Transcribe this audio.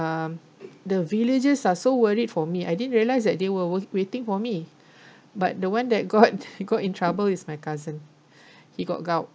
um the villagers are so worried for me I didn't realise that they were waiting for me but the one that got got in trouble is my cousin he got gout